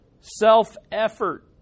Self-effort